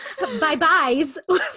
bye-byes